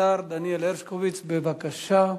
השר דניאל הרשקוביץ, בבקשה.